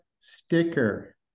sticker